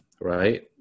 right